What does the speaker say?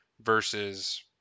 versus